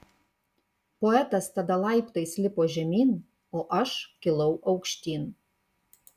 poetas tada laiptais lipo žemyn o aš kilau aukštyn